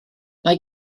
mae